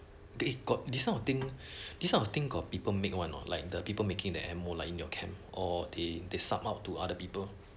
they got this kind of thing this kind of thing got people make one or not like the people making the ammo like in your camp or they they sub out to other people